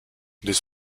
this